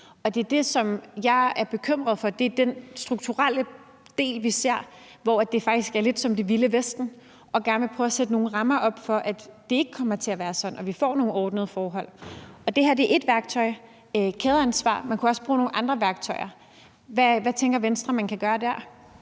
Det, som jeg er bekymret for, er den strukturelle del, hvor det faktisk er lidt som det vilde vesten. Der vil vi gerne prøve at sætte nogle rammer op, så det ikke kommer til at være sådan, og så vi får nogle ordnede forhold. Kædeansvar er ét værktøj. Man kunne også bruge nogle andre værktøjer. Hvad tænker Venstre man kan gøre der?